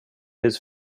his